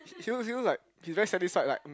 he looks he looks like he's very satisfied like mm